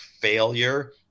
failure